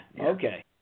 Okay